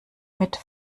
mit